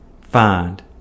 find